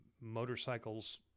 motorcycles